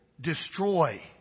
destroy